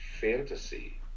fantasy